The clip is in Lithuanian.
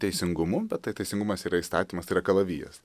teisingumu bet tai teisingumas yra įstatymas tai yra kalavijas